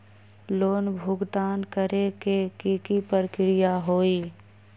Loan भुगतान करे के की की प्रक्रिया होई?